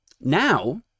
Now